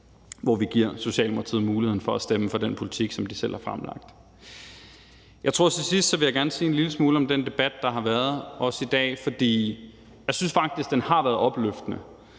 hvor vi giver Socialdemokratiet muligheden for at stemme for den politik, som de selv har fremlagt. Til sidst vil jeg gerne sige en lille smule om den debat, der har været i dag. For jeg synes faktisk, den har været opløftende,